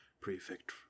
Prefect